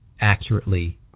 accurately